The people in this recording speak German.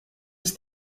ist